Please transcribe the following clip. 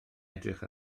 edrych